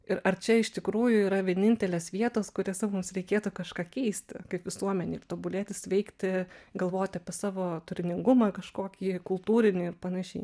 ir ar čia iš tikrųjų yra vienintelės vietos kuriose mums reikėtų kažką keisti kaip visuomenei tobulėti sveikti galvoti apie savo turiningumą kažkokį kultūrinį ir panašiai